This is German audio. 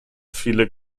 viele